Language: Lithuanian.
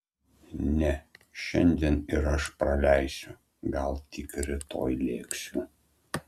ne šiandien ir aš praleisiu gal tik rytoj lėksiu